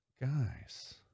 guys